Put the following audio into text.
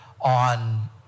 on